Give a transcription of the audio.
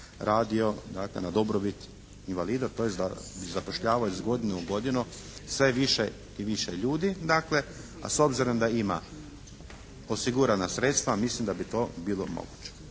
radio na dobrobit invalida tj. da zapošljavaju iz godine u godinu sve više i više ljudi. A s obzirom da ima osigurana sredstva, mislim da bi to bilo moguće.